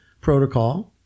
protocol